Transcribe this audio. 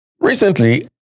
Recently